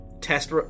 test